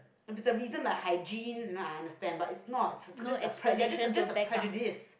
if the reason like hygiene know i understand but is not is just a pre~ just a just a prejudices